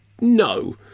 no